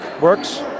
Works